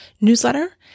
newsletter